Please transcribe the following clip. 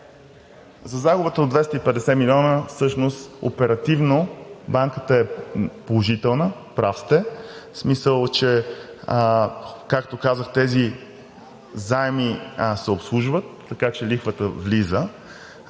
За загубата от 250 милиона всъщност оперативно банката е положителна, прав сте, в смисъл че, както казах, тези заеми се обслужват, така че лихвата влиза,